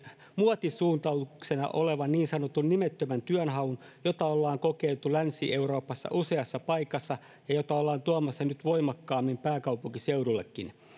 muotisuuntauksena olevan niin sanotun nimettömän työnhaun jota ollaan kokeiltu länsi euroopassa useassa paikassa ja jota ollaan tuomassa nyt voimakkaammin pääkaupunkiseudullekin